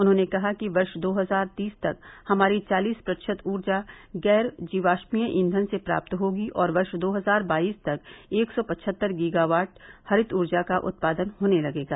उन्होंने कहा कि वर्ष दो हजार तीस तक हमारी चालीस प्रतिशत ऊर्जा गैर जीवाष्मीय ईंघन से प्राप्त होगी और वर्ष दो हजार बाइस तक एक सौ पछत्तर गीगावॉट हरित ऊर्जा का उत्पादन होने लगेगा